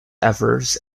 evers